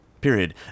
period